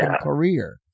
career